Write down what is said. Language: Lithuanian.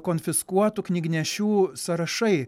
konfiskuotų knygnešių sąrašai